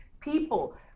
people